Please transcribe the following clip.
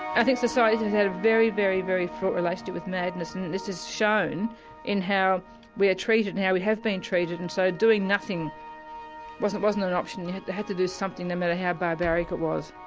i think society has had a very, very, very fraught relationship with madness and and this is shown in how we are treated and how we have been treated. and so doing nothing wasn't wasn't an option you had to had to do something no matter how barbaric it was.